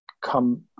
come